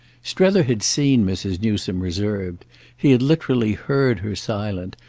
strether had seen mrs. newsome reserved he had literally heard her silent,